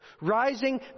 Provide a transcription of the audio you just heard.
rising